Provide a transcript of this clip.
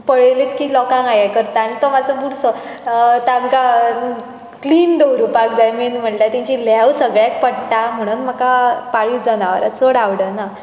पळयलें की लोकांक हें करता आनी तो मातसो बुरसो तांकां क्लीन दवरपाक जाय मेय्न म्हणल्यार तेंची ल्हेंव सगळ्याक पडटा म्हणून म्हाका पाळीव जनावरां चड आवडना